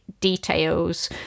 details